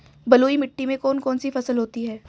बलुई मिट्टी में कौन कौन सी फसल होती हैं?